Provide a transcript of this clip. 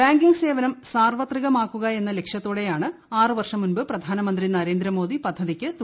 banking സേവനം സാർവത്രികമാക്കുകയെന്ന ലക്ഷ്യത്തോടെയാണ് ആറുവർഷം മുമ്പ് പ്രധാനമന്ത്രി നരേന്ദ്രമോദി പദ്ധതിക്ക് തുടക്കമിട്ടത്